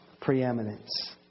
preeminence